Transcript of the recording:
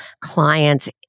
clients